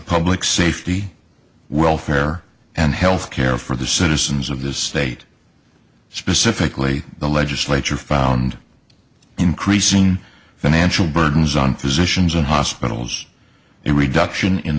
public safety welfare and health care for the citizens of this state specifically the legislature found increasing financial burdens on physicians and hospitals a reduction in